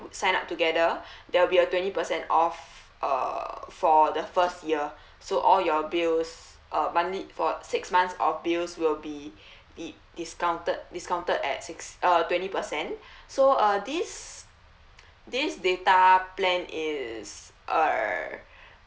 sign up together there will be a twenty percent off uh for the first year so all your bills uh monthly for six months of bills will be di~ discounted discounted at six uh twenty percent so uh this this data plan is err